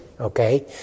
okay